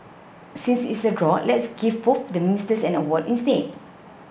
since it's a draw let's give both the ministers an award instead